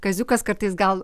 kaziukas kartais gal